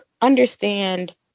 understand